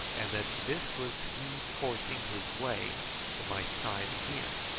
and that this was he forcing his way to my side again.